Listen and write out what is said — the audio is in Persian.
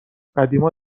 قدیما